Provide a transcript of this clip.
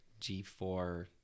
G4